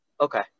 Okay